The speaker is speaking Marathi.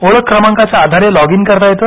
ओळखक्रमांकाच्या आधारे लॉगईन करता येते